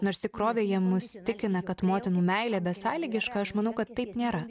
nors tikrovėje mus tikina kad motinų meilė besąlygiška aš manau kad taip nėra